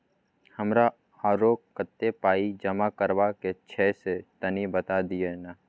हमरा आरो कत्ते पाई जमा करबा के छै से तनी बता दिय न?